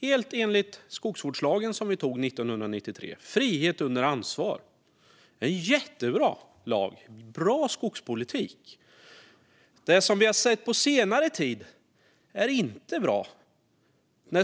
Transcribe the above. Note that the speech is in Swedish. helt enligt skogsvårdslagen, som vi antog 1993. Det är frihet under ansvar. Det är en jättebra lag. Det är bra skogspolitik. Det som vi har sett på senare tid är inte bra.